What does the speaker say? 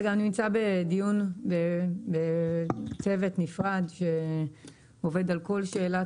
זה גם נמצא בדיון בצוות נפרד שעובד על כל שאלת